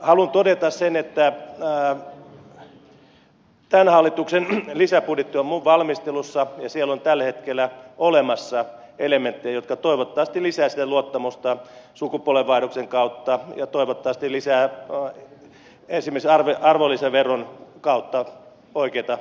haluan todeta sen että hallituksen lisäbudjetti on minun valmistelussani ja siellä on tällä hetkellä olemassa elementtejä jotka toivottavasti lisäävät sitä luottamusta sukupolvenvaihdoksen kautta ja toivottavasti lisäävät esimerkiksi arvonlisäveron kautta poiketa